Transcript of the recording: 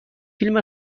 فیلم